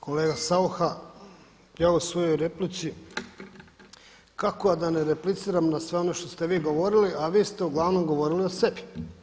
Kolega Saucha ja u svojoj replici kako a da ne repliciram na sve ono što ste vi govorili, a vi ste uglavnom govorili o sebi.